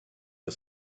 the